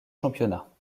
championnats